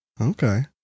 Okay